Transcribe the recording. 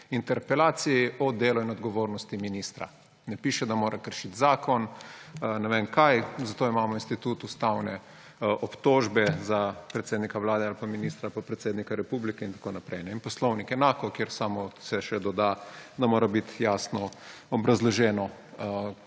interpelacijo o delu in odgovornosti ministra. Ne piše, da mora kršiti zakon, ne vem kaj, zato imamo institut ustavne obtožbe za predsednika Vlade ali ministra pa predsednika republike in tako naprej. Poslovnik enako, v njem se samo še doda, da mora biti jasno obrazloženo,